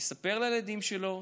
יספר לילדים שלו,